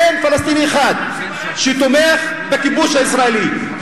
אין פלסטיני אחד שתומך בכיבוש הישראלי.